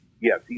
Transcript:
Yes